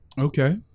Okay